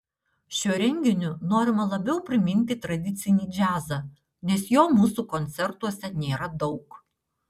šiuo renginiu norima labiau priminti tradicinį džiazą nes jo mūsų koncertuose nėra daug